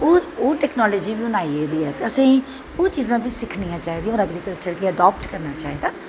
ओह् टैकनॉलजी बी हून आई गेदी ऐ असेंगी एह् चीज़ां बी सिक्खनियां चीही दियां और ऐग्रीकल्चर गी अडाप्ट करनां चाही दा